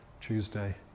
Tuesday